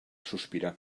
sospirar